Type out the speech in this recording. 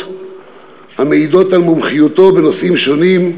המעידות על מומחיותו בנושאים שונים,